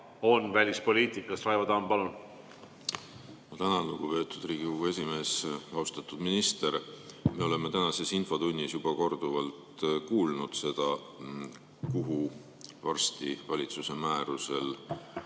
on välispoliitika. Raivo Tamm, palun! Ma tänan, lugupeetud Riigikogu esimees! Austatud minister! Me oleme tänases infotunnis juba korduvalt kuulnud seda, kuhu valitsuse määruse